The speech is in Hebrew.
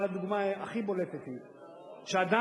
אבל הדוגמה הכי בולטת היא שעדיין,